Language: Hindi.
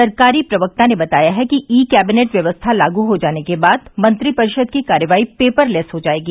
सरकारी प्रवक्ता ने बताया है कि ई कैबिनेट व्यवस्था लागू हो जाने के बाद मंत्रिपरिषद की कार्रवाई पेपरलेस हो जायेगी